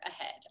ahead